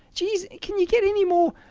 geeze, can you get any more